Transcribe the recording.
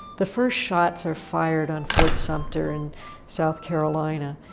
the first shots are fired on fort sumter in south carolina.